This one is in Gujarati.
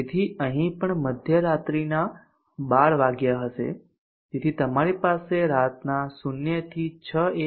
તેથી અહી પણ મધ્યરાત્રિના 12 વાગ્યા હશે તેથી તમારી પાસે રાતના 0 થી 6 a